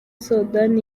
soudan